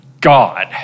God